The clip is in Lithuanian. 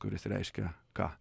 kuris reiškia ką